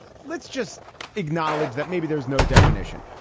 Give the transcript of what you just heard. let's just acknowledge that maybe there's no definition.